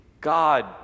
God